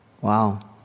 Wow